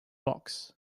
box